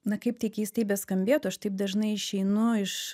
na kaip tai keistai beskambėtų aš taip dažnai išeinu iš